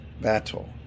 battle